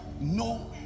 no